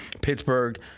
Pittsburgh